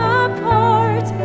apart